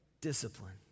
Discipline